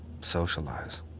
socialize